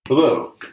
Hello